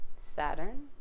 Saturn